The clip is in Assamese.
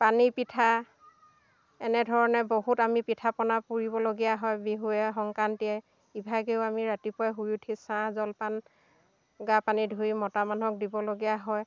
পানী পিঠা এনেধৰণে বহুত আমি পিঠাপনা পুৰিবলগীয়া হয় বিহুৱে সংক্ৰান্তিয়ে ইভাগেও আমি ৰাতিপুৱাই শুই উঠি চাহ জলপান গা পানী ধুই মতা মানুহক দিবলগীয়া হয়